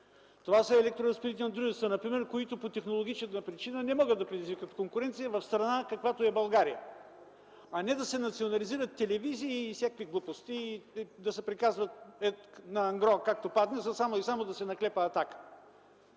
това са електроразпределителните дружества, например, които по технологична причина не могат да предизвикат конкуренция в страна, каквато е България, а не да се национализират телевизии и всякакви глупости, да се приказва на ангро, както падне, само и само да се наклепа „Атака”.